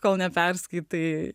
kol neperskaitai